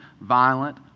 violent